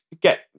get